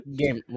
game